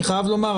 אני חייב לומר,